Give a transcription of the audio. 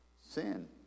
sin